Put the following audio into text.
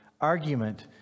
argument